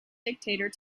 dictator